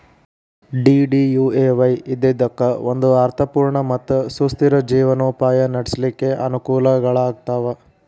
DDUAY ಇದ್ದಿದ್ದಕ್ಕ ಒಂದ ಅರ್ಥ ಪೂರ್ಣ ಮತ್ತ ಸುಸ್ಥಿರ ಜೇವನೊಪಾಯ ನಡ್ಸ್ಲಿಕ್ಕೆ ಅನಕೂಲಗಳಾಗ್ತಾವ